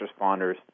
responders